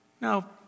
Now